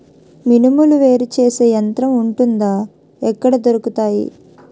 మినుములు వేరు చేసే యంత్రం వుంటుందా? ఎక్కడ దొరుకుతాయి?